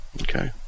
Okay